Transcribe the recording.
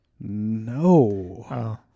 No